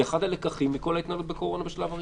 זה אחד הלקחים מכל ההתנהלות בקורונה בשלב הראשון,